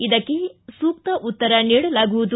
ಇದಕ್ಕೆ ಸೂಕ್ತ ಉತ್ತರ ನೀಡಲಾಗುವುದು